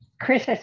Chris